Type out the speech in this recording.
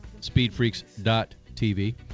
speedfreaks.tv